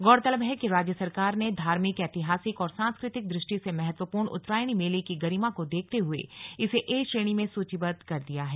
गौरतलब है कि राज्य सरकार ने धार्मिक ऐतिहासिक और सांस्कृतिक दृष्टि से महत्वपूर्ण उत्तरायणी मेले की गरिमा को देखते हुए इसे ए श्रेणी में सूचीबद्ध कर दिया है